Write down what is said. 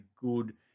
good